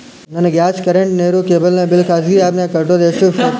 ನನ್ನ gas current, ನೇರು, cable ನ ಬಿಲ್ ಖಾಸಗಿ ಆ್ಯಪ್ ನ್ಯಾಗ್ ಕಟ್ಟೋದು ಎಷ್ಟು ಸೇಫ್ರಿ?